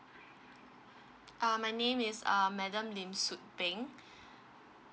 uh my name is uh madam lim soot beng